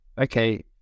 Okay